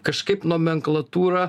kažkaip nomenklatūra